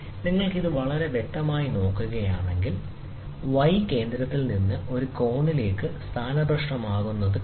നിങ്ങൾ ഇത് വളരെ വ്യക്തമായി നോക്കുകയാണെങ്കിൽ y കേന്ദ്രത്തിൽ നിന്ന് ഒരു കോണിലേക്ക് സ്ഥാനഭ്രഷ്ടനാകുന്നത് നിങ്ങൾ കാണുന്നു